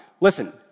listen